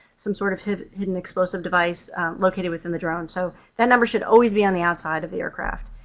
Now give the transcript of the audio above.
some sort of hidden explosive device located within the drone, so that number should always be on the outside of the aircraft.